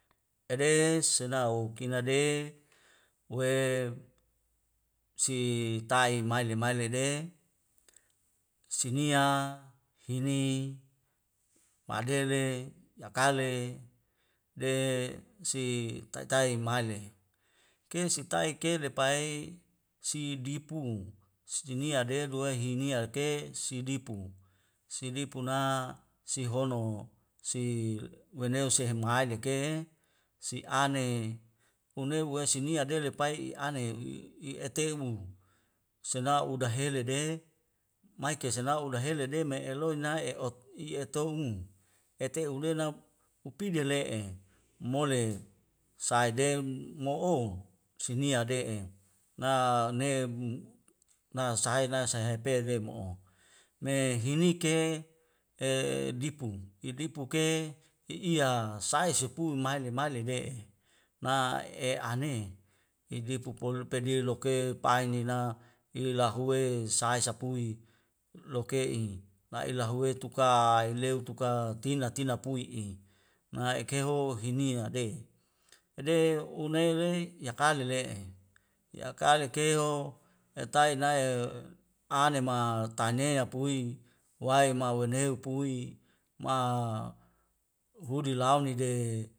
Ede senao kina de we si tai maile maile de si nia hini maderle yakale de si tatai male ke sitai ke lepai sidipu sidia de dua hinia ke sidipu sidipu na sihono si weneo seham halik ke'e si ane hunebuwe si nia depai i'ane i'atebu sela uda heledede maike senlau uda helede mai eloina e ot i otumu ete elenap upida le'e mole saideun mo'o sinia de'e na neub na sahaya na sahaya hape ria mo'o me hinike e dipu dipu ke i iya sai sepu maile mailede'e na e ane idi popolo pedia loke painina i lahuwe sai sapui loke'i la ilahuwe tuka hileuw tuka tina tina pui'i nae' ekeho hinia de dade unaile yakale le'e yakali keho etainai anema tanea pui wae mawaneu pui ma hudi lau nide